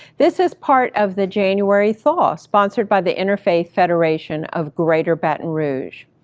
this is part of the january thaw sponsored by the interfaith federation of greater baton rouge,